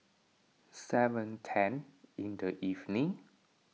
seven ten in the evening